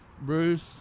Bruce